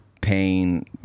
Pain